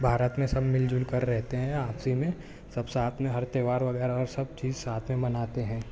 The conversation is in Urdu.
بھارت میں سب مل جل کر رہتے ہیں آپسی میں سب ساتھ میں ہر تہوار وغیرہ اور سب چیز ساتھ میں مناتے ہیں